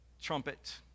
trumpet